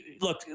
look